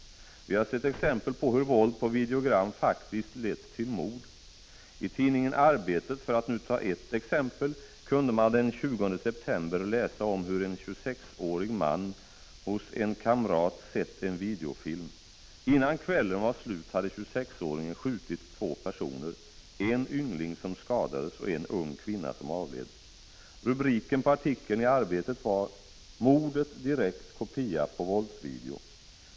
Vi har sett exempel på hur våld på videogram faktiskt lett till mord. I tidningen Arbetet, för att nu ta ett exempel, kunde man den 20 september läsa om hur en 26-årig man hos en kamrat sett en videofilm. Innan kvällen var slut hade 26-åringen skjutit på två personer — en yngling skadades och en ung kvinna avled. Rubriken på artikeln i Arbetet var ”Mordet direkt kopia på våldsvideo”.